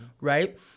right